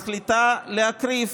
מחליטה להקריב